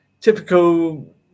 typical